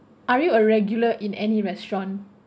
are you a regular in any restaurant